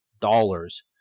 dollars